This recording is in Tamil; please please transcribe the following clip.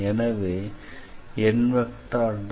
எனவே n